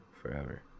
forever